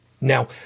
Now